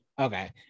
Okay